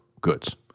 goods